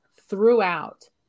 throughout